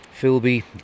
Philby